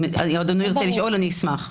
אם אדוני רוצה לשאול אני אשמח.